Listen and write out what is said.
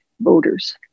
voters